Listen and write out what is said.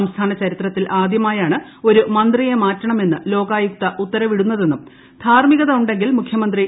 സംസ്ഥാനചരിത്രത്തിൽ ആദ്യമായാണ് ഒരു മന്ത്രിയെ മാറ്റണമെന്ന് ലോകായുക്ത ഉത്തരവിടുന്നതെന്നും ധാർമികത ഉണ്ടെങ്കിൽ മുഖ്യമന്ത്രി കെ